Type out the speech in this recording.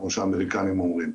כמו שהאמריקנים אומרים,